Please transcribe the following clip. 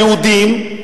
היהודים,